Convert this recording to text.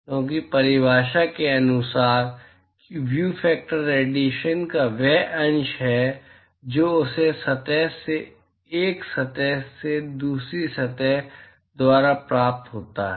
क्योंकि परिभाषा के अनुसार व्यू फैक्टर रेडिएशन का वह अंश है जो उस सतह से एक सतह से और दूसरी सतह द्वारा प्राप्त होता है